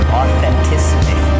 authenticity